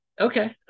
Okay